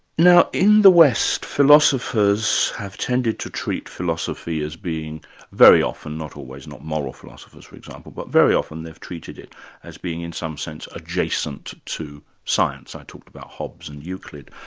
now in the west, philosophers have tended to treat philosophy as being very often, not always not moral philosophers for example, but very often they've treated it as being in some sense adjacent to science i talked about hobbes and euclid.